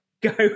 Go